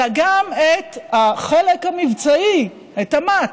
אלא גם את החלק המבצעי, את אמ"ץ,